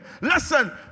Listen